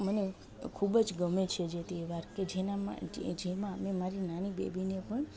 મને ખૂબ જ ગમે છે જે તહેવાર કે જેનામાં જેમાં મેં મારી નાની બેબીને પણ